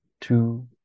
two